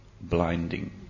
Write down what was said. blinding